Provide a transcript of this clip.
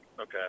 Okay